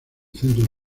centro